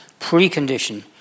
precondition